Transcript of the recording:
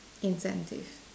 incentive